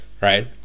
Right